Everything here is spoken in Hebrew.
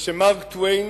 שכשמארק טוויין